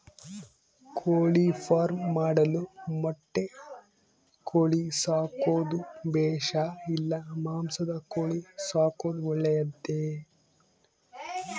ಕೋಳಿಫಾರ್ಮ್ ಮಾಡಲು ಮೊಟ್ಟೆ ಕೋಳಿ ಸಾಕೋದು ಬೇಷಾ ಇಲ್ಲ ಮಾಂಸದ ಕೋಳಿ ಸಾಕೋದು ಒಳ್ಳೆಯದೇ?